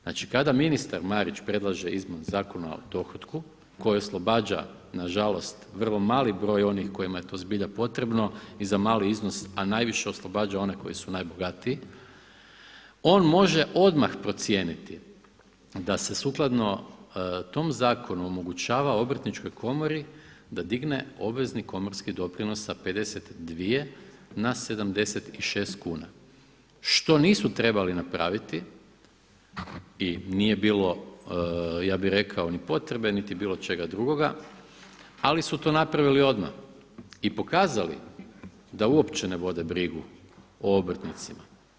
Znači kada ministar Marić predloži izmjene Zakona o dohotku koji oslobađa nažalost vrlo mali broj onih kojima je to zbilja potrebno i za mali iznos, a najviše oslobađa one koji su najbogatiji, on može odmah procijeniti da se sukladno tom zakonu omogućava Obrtničkoj komori da digne obvezni komorski doprinos sa 52 na 76 kuna, što nisu trebali napraviti i nije bilo, ja bi rekao, ni potrebe niti bilo čega drugoga, ali su to napravili odmah i pokazali da uopće ne vode brigu o obrtnicima.